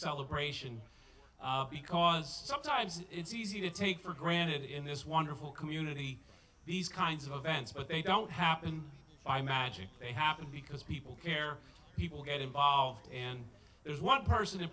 celebration because sometimes it's easy to take for granted in this wonderful community these kinds of events but they don't happen by magic they happen because people care people get involved and there's one person in